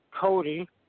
Cody